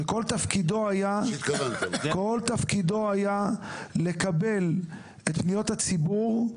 שכל תפקידו היה לקבל את פניות הציבור.